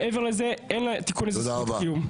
מעבר לזה אין לתיקון הזה זכות קיום.